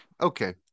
okay